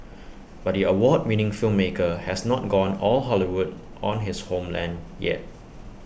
but the award winning filmmaker has not gone all Hollywood on his homeland yet